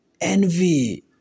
Envy